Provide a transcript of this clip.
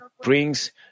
brings